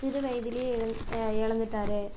சிறுவயதிலேயே இழந்துட்டார்